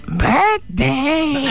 birthday